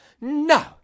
no